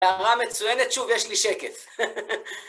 הערה מצוינת, שוב יש לי שקף.